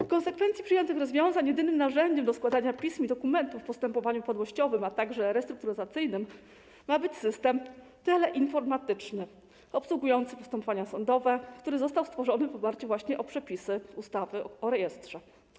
W konsekwencji przyjętych rozwiązań jedynym narzędziem do składania pism i dokumentów w postępowaniu upadłościowym, a także restrukturyzacyjnym ma być system teleinformatyczny obsługujący postępowania sądowe, który został stworzony w oparciu właśnie o przepisy ustawy o rejestrze.